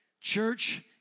Church